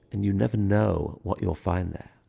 and you never know what you'll find there.